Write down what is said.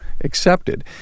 accepted